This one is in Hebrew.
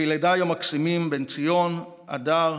לילדיי המקסימים בן-ציון, הדר,